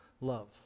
love